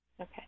Okay